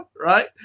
right